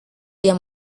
dia